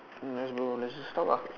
nice bro let's just talk ah